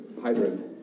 hybrid